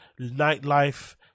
nightlife